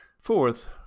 Fourth